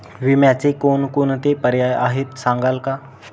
विम्याचे कोणकोणते पर्याय आहेत सांगाल का?